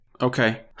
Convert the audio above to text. Okay